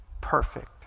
perfect